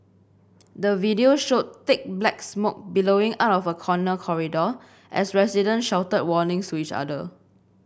the video showed thick black smoke billowing out of a corner corridor as residents shouted warnings to each other